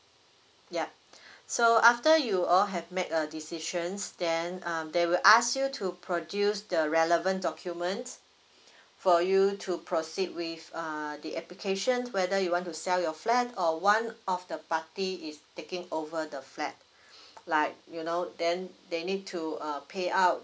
yup so after you all have make a decisions then um they will ask you to produce the relevant documents for you to proceed with uh the application whether you want to sell your flat or one of the party is taking over the flat like you know then they need to uh payout